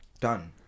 done